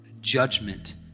judgment